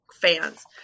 fans